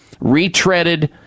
retreaded